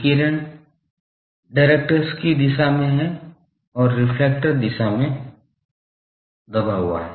विकिरण डायरेक्टर्स की दिशा में है और रिफ्लेक्टर दिशा में दबा हुआ है